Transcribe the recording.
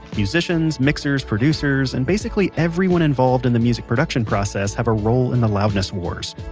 musicians, mixers, producers, and basically everyone involved in the music production process have a roll in the loudness wars.